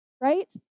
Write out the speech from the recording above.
right